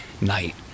night